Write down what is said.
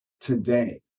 Today